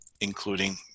including